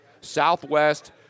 Southwest